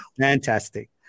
Fantastic